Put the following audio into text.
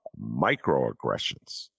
microaggressions